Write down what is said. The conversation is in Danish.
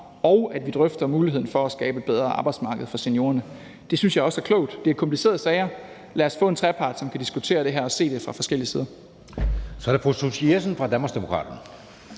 og at vi drøfter muligheden for at skabe et bedre arbejdsmarked for seniorerne. Det synes jeg også er klogt. Det er komplicerede sager. Lad os få en trepart, som kan diskutere det her og se det fra forskellige sider. Kl. 10:20 Anden næstformand